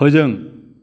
फोजों